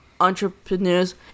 entrepreneurs